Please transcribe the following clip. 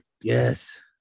Yes